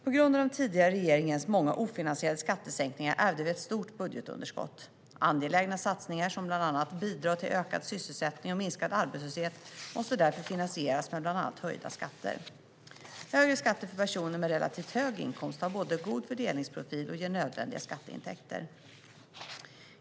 På grund av den tidigare regeringens många ofinansierade skattesänkningar ärvde vi ett stort budgetunderskott. Angelägna satsningar som bland annat bidrar till ökad sysselsättning och minskad arbetslöshet måste därför finansieras med bland annat höjda skatter. Högre skatter för personer med relativt hög inkomst har både en god fördelningsprofil och ger nödvändiga skatteintäkter.